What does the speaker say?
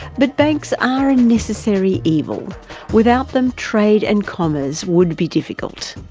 but banks are a necessary evil without them trade and commerce would be difficult.